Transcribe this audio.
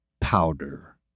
powder